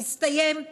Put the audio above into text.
הסתיים.